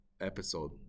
episode